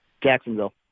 jacksonville